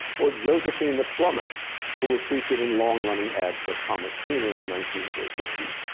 or josephine the plumber who was featured in long running ads for comet cleaner in the nineteen sixty s.